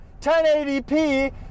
1080p